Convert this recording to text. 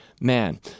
man